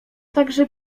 także